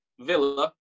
Villa